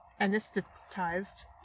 anesthetized